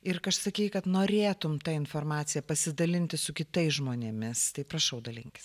ir sakei kad norėtum ta informacija pasidalinti su kitais žmonėmis tai prašau dalinkis